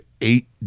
eight